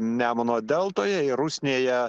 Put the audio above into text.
nemuno deltoje ir rusnėje